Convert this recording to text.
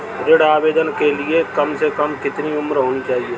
ऋण आवेदन के लिए कम से कम कितनी उम्र होनी चाहिए?